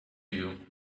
you